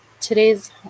Today's